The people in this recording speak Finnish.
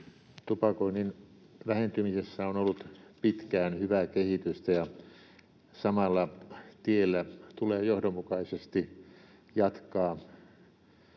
Tupakoinnin vähentymisessä on ollut pitkään hyvää kehitystä, ja samalla tiellä tulee johdonmukaisesti jatkaa.